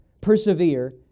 Persevere